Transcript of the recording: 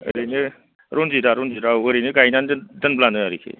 ओरैनो रनजिदा रनजिदा औ ओरैनो गाइनानै दोनब्लानो आरोखि